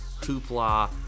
hoopla